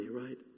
right